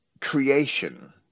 creation